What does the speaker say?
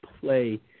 play